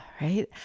right